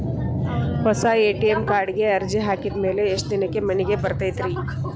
ಹೊಸಾ ಎ.ಟಿ.ಎಂ ಕಾರ್ಡಿಗೆ ಅರ್ಜಿ ಹಾಕಿದ್ ಮ್ಯಾಲೆ ಎಷ್ಟ ದಿನಕ್ಕ್ ಮನಿಗೆ ಬರತೈತ್ರಿ?